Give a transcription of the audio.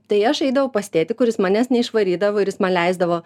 tai aš eidavau pas tėtį kuris manęs neišvarydavo ir jis man leisdavo